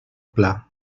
pla